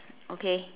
okay